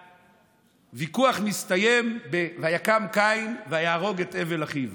הוויכוח מסתיים ב"ויקם קין" ויהרוג את הבל אחיו.